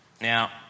Now